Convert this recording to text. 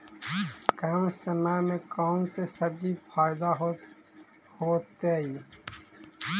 कम समय में कौन से सब्जी ज्यादा होतेई?